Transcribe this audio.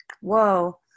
Whoa